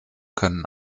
können